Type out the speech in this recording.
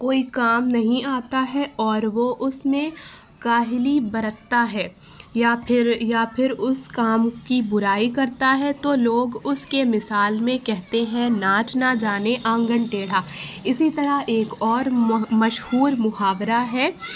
کوئی کام نہیں آتا ہے اور وہ اس میں کاہلی برتتا ہے یا پھر یا پھر اس کام کی برائی کرتا ہے تو لوگ اس کے مثال میں کہتے ہیں ناچ نہ جانے آنگن ٹیڑھا اسی طرح ایک اور مشہور محاورہ ہے